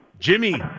Jimmy